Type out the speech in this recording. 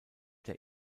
der